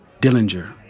Dillinger